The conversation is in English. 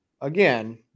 again